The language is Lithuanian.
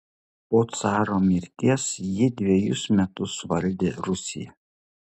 po caro mirties ji dvejus metus valdė rusiją